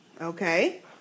Okay